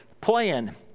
plan